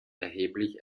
erheblich